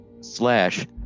slash